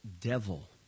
devil